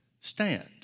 stand